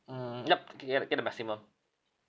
mm yup g~ ge~ get the maximum